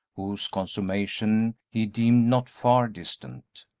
whose consummation he deemed not far distant.